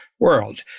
world